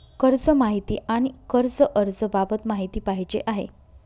कर्ज माहिती आणि कर्ज अर्ज बाबत माहिती पाहिजे आहे